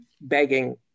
begging